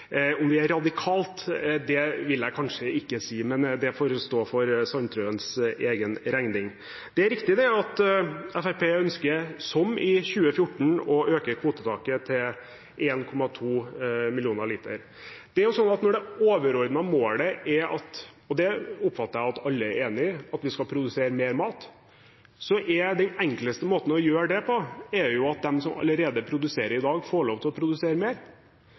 er radikale, vil jeg kanskje ikke si, men det får stå for Sandtrøens egen regning. Det er riktig at Fremskrittspartiet, som i 2014, ønsker å øke kvotetaket til 1,2 millioner liter. Når det overordnede målet er – og det oppfatter jeg at alle er enig i – at vi skal produsere mer mat, er den enkleste måten å gjøre det på at de som allerede produserer i dag, får lov til å produsere mer.